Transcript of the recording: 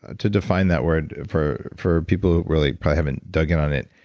to define that word for for people who really haven't dug in on it,